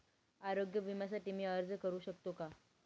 आरोग्य विम्यासाठी मी अर्ज करु शकतो का?